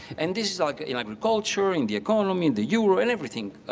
and this is like in agriculture, in the economy, in the eu, and everything.